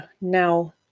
now